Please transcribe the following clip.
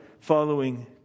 following